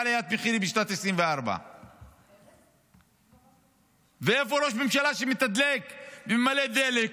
מקום ראשון בעליית מחירים בשנת 2024. ואיפה ראש ממשלה שמתדלק וממלא דלק,